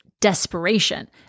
desperation